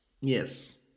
yes